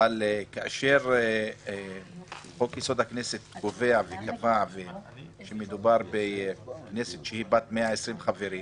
אבל כאשר חוק יסוד: הכנסת קובע וקבע שמדובר בכנסת שהיא בת 120 חברים,